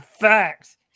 Facts